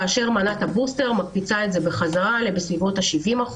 כאשר מנת הבוסטר מקפיצה את זה בחזרה לכ-70%.